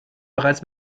bereits